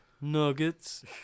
Nuggets